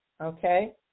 okay